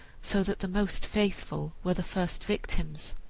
so that the most faithful were the first victims.